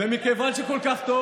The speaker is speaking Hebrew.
ומכיוון שכל כך טוב,